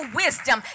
wisdom